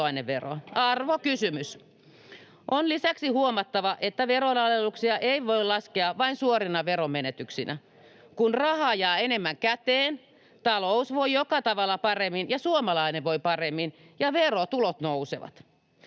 Arvokysymys. On lisäksi huomattava, että veronalennuksia ei voi laskea vain suorina veromenetyksinä. Kun rahaa jää enemmän käteen, talous voi joka tavalla paremmin ja suomalainen voi paremmin ja verotulot nousevat.